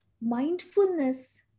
mindfulness